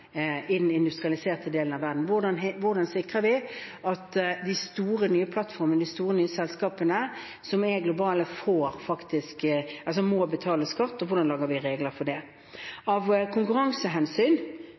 i den industrialiserte delen av verden: Hvordan sikrer vi at de store nye plattformene, de store nye selskapene, som er globale, må betale skatt, og hvordan lager vi regler for